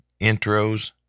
intros